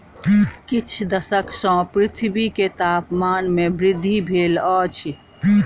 किछ दशक सॅ पृथ्वी के तापमान में वृद्धि भेल अछि